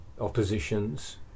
oppositions